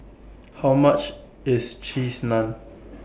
How much IS Cheese Naan